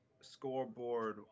scoreboard